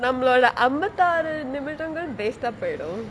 நம்மளோட அம்பத்தி ஆறு நிமிடங்கள்:nammalode ambathi aaru nimidangal waste தா போய்டு:ta poidu